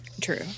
True